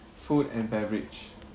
food and beverage